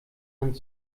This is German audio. hand